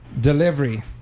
delivery